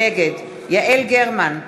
נגד יעל גרמן,